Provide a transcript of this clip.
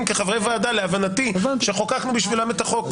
כחברי ועדה להבנתי שחוקקנו בשבילם את החוק